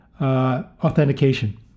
authentication